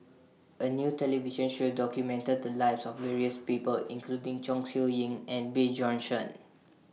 A New television Show documented The Lives of various People including Chong Siew Ying and Bjorn Shen